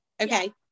okay